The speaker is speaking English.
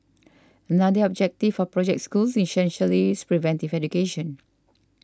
another objective of Project Schools essentially is preventive education